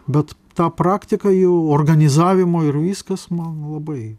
bet tą praktiką jau organizavimo ir viskas man labai